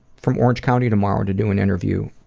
from orange county tomorrow to do an interview,